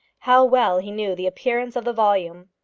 how well he knew the appearance of the volume!